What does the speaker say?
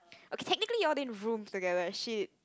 okay technically you all didn't rooms together she